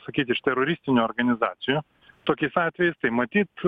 sakyt iš teroristinių organizacijų tokiais atvejais tai matyt